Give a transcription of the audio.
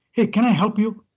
hey, can i help you?